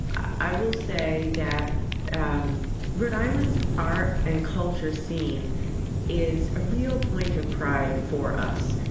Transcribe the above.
i will say that rhode island's art and culture scene is a real point of pride for us.